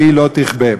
ולא תכבה",